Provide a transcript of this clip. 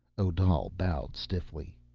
odal bowed stiffly.